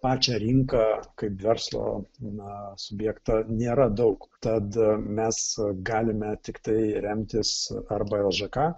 pačią rinką kaip verslą na subjektą nėra daug tad mes galime tiktai remtis arba el ž ka